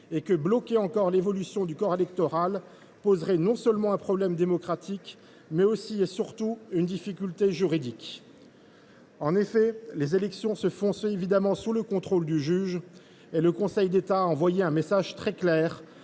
et que bloquer encore l’évolution du corps électoral poserait non seulement un problème démocratique, mais aussi, et surtout, une difficulté juridique. En effet, les élections se font bien évidemment sous le contrôle du juge, et le Conseil d’État a envoyé un message très clair